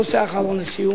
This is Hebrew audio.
נושא אחרון לסיום,